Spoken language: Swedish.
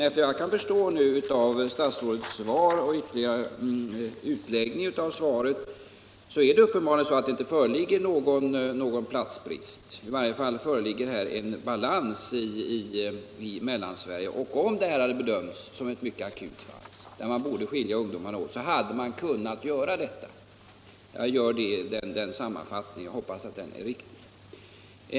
Såvitt jag förstår av statsrådets svar och ytterligare utläggning av svaret är det uppenbarligen så att det inte föreligger någon platsbrist på ungdomsvårdsskolorna i Mellansverige utan snarare en balans. Om man i det aktuella fallet hade bedömt det som viktigt att skilja ungdomarna åt, hade man kunnat göra det. Jag hoppas att den sammanfattningen är riktig.